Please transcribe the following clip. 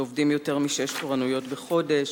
שעובדים יותר משש תורנויות בחודש,